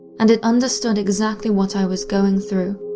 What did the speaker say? and it understood exactly what i was going through.